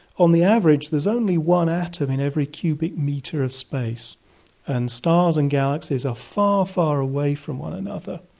on the average there's only one atom in every cubic metre of space and stars and galaxies are far, far away from one another.